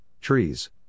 trees